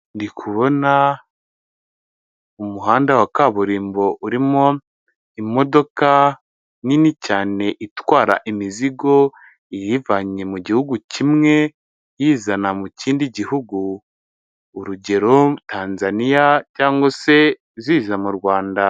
Ndi kubona umuhanda wa kaburimbo urimo imodoka nini cyane itwara imizigo iyivanye mu gihugu kimwe iyizana mu kindi gihugu, urugero Tanzania cyangwa se ziza mu Rwanda.